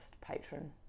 patron